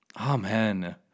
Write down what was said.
Amen